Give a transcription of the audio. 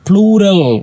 Plural